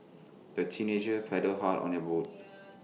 the teenagers paddled hard on their boat